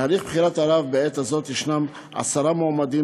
2. בהליך בחירת הרב בעת הזאת יש עשרה מועמדים,